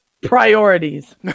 priorities